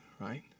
right